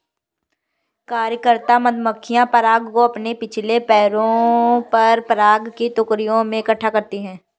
कार्यकर्ता मधुमक्खियां पराग को अपने पिछले पैरों पर पराग की टोकरियों में इकट्ठा करती हैं